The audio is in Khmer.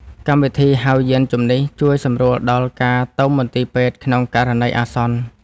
កម្មវិធីហៅយានជំនិះ ជួយសម្រួលដល់ការទៅមន្ទីរពេទ្យក្នុងករណីអាសន្ន។